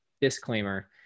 disclaimer